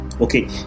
Okay